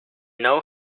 know